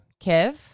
Kev